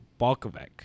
Balkovec